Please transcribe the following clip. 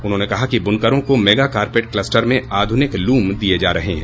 उन्होंने कहा कि बुनकरों को मेगा कारपेट कलस्टर में आधुनिक लूम दिये जा रहे हैं